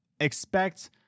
expect